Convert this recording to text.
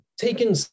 taken